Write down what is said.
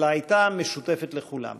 אלא הייתה משותפת לכולם.